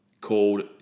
called